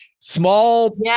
small